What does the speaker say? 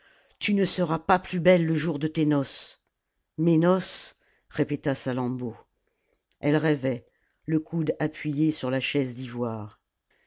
tu ne seras pas plus belle le jour de tes noces mes noces répéta salammbô elle rêvait le coude appuyé sur la chaise d'ivoire